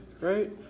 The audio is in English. right